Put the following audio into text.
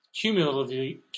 cumulatively